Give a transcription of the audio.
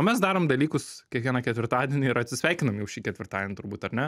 o mes darom dalykus kiekvieną ketvirtadienį ir atsisveikinam jau šį ketvirtadienį turbūt ar ne